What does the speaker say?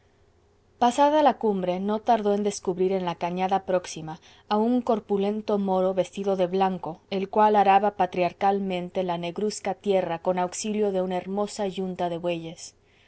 pasada la cumbre no tardó en descubrir en la cañada próxima a un corpulento moro vestido de blanco el cual araba patriarcalmente la negruzca tierra con auxilio de una hermosa yunta de bueyes